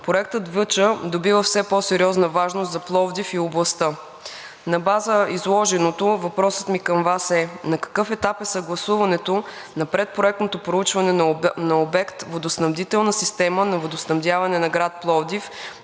проектът Въча добива все по сериозна важност за Пловдив и областта. На база изложеното, въпросът ми към Вас е на какъв етап е съгласуването на предпроектното проучване на обект „Водоснабдителна система за водоснабдяване на град Пловдив